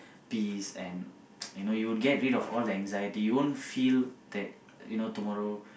peace and you know you will get rid of all the anxiety you won't feel that you know tomorrow